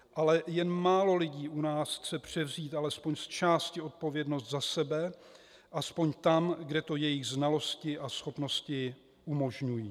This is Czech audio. Ale jen málo lidí u nás chce převzít alespoň zčásti odpovědnost za sebe, aspoň tam, kde to jejich znalosti a schopnosti umožňují.